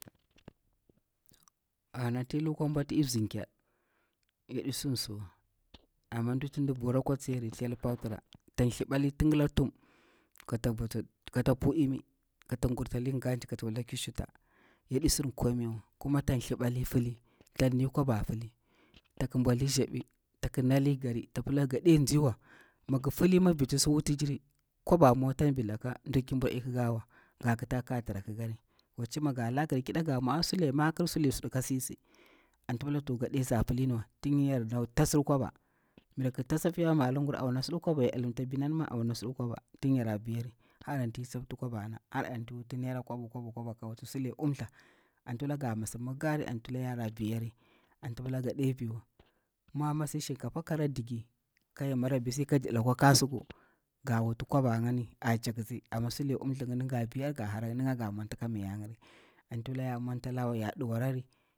Ana tii lukwa ɓwa i mzinkar, yaɗi sin suwa amma mditi ndi vura akwa tsiyari kwa bwala tan thipbali tigik tuhum, kata puu imi, kata gurtali gaji kata pali ki shuta, yaɗi sidi komai wa, kuma tan thlipbah fili, tan nali kwaba fili, tak bwali dzobi, tak nali gari, ta pila ga ɗe nziwa, mi nga fili mi virti su wuti jiri kwaba mota virlaƙa mdirkir buru aɗi kikawa ga kita ka tira kikari. Waci mi nga la harkiɗa sulemakir sule swɗa ka sisi, anta pila to ga ɗe zala filin wa, yar na tasir kwaba, mi yarki tasi a fiya malum gur auna suda, yara na ɗilimta bina suna suda kwaba, tin yara veyari, anti tsapti kwabana, har i wuti sule umtha, anta pila nga mas mi kikari anti pila yara viyari, anta pila gaɗe riwa, mwa kara mati shinkafa kara ɗinga nala ya marabi ka si ka jir ɗilimta akwa kasuku ga wuti kwaba ngini ajaktitsi, amma sule umtha ngini nga viyani kam nya miri, anti pila ya ɗuwarari.